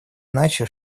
иначе